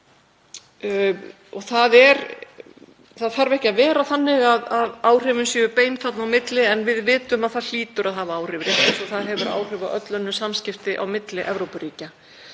Það þarf ekki að vera þannig að áhrifin séu bein þarna á milli en við vitum að það hlýtur að hafa áhrif, rétt eins og það hefur áhrif á öll önnur samskipti á milli Evrópuríkja.